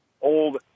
old